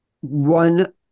One